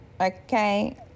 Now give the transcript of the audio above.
Okay